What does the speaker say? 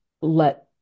let